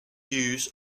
use